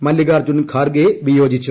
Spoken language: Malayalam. മല്ലികാർജ്ജുൻ ഖാർഗേ വിയോജിച്ചു